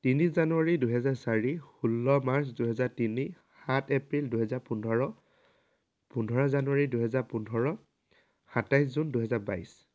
তিনি জানুৱাৰী দুহেজাৰ চাৰি ষোল্ল মাৰ্চ দুহেজাৰ তিনি সাত এপ্ৰিল দুহেজাৰ পোন্ধৰ পোন্ধৰ জানুৱাৰী দুহেজাৰ পোন্ধৰ সাতাইছ জুন দুহেজাৰ বাইছ